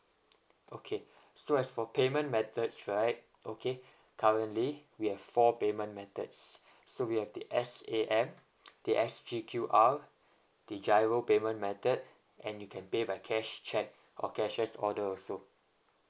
okay so as for payment methods right okay currently we have four payment methods so we have the S_A_M the S_Q_R the G_I_R_O payment method and you can pay by cash cheque or cashier orders also